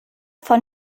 von